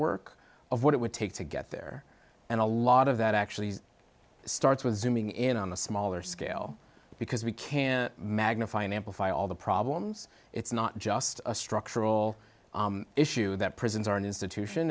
work of what it would take to get there and a lot of that actually starts with zooming in on a smaller scale because we can magnify and amplify all the problems it's not just a structural issue that prisons are an institution